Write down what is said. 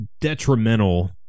detrimental